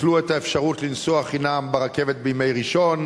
ביטלו את האפשרות לנסוע חינם ברכבת בימי ראשון,